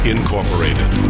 Incorporated